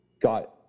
got